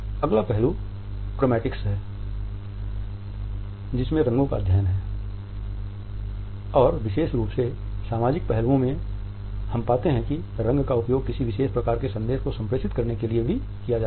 अगला पहलू क्रोमैटिक्स रंगों का एक अध्ययन है और विशेष रूप से सामाजिक पहलुओं में हम पाते हैं कि रंग का उपयोग किसी विशेष प्रकार के संदेश को संप्रेषित करने के लिए भी किया जाता है